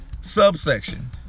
subsection